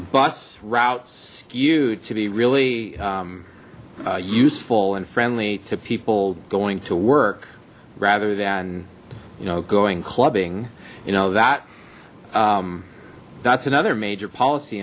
bus routes skewed to be really useful and friendly to people going to work rather than you know going clubbing you know that that's another major policy